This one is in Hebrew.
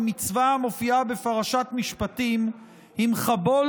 במצווה המופיעה בפרשת משפטים: "אם חבל